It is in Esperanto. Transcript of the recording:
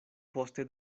poste